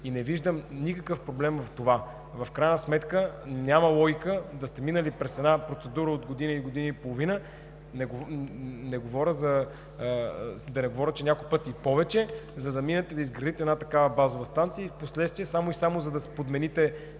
и не виждам никакъв проблем в това. В крайна сметка няма логика да сте минали през една процедура от година, година и половина, да не говоря, че някой път и повече, за да изградите една такава базова станция и впоследствие, само и само за да подмените